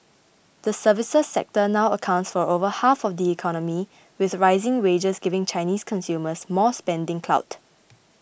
the services sector now accounts for over half of the economy with rising wages giving Chinese consumers more spending clout